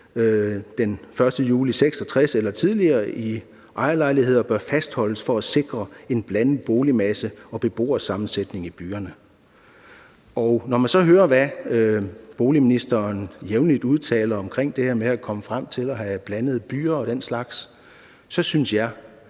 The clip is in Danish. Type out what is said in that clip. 1. juli 1966 eller tidligere, bør fastholdes for at sikre en blandet boligmasse og beboersammensætning i byerne. Når man så hører, hvad boligministeren jævnligt udtaler omkring det her med at komme frem til at have blandede byer og den slags, så synes